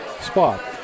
spot